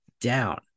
down